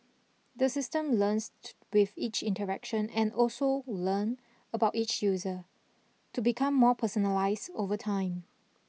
the system learns to with each interaction and also learn about each user to become more personalised over time